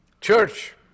Church